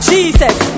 Jesus